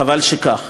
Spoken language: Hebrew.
חבל שכך.